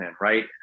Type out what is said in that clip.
Right